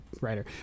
writer